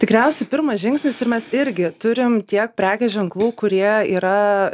tikriausiai pirmas žingsnis ir mes irgi turim tiek prekės ženklų kurie yra